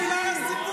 צא החוצה.